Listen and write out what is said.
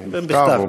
בכתב.